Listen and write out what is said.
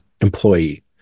employee